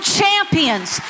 champions